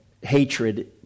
hatred